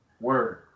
Word